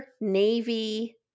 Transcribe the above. navy